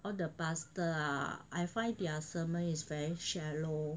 all the pastor ah I find their sermon is very shallow